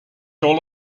all